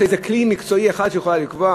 יש לה איזה כלי מקצועי אחד שהיא יכולה לקבוע?